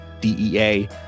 DEA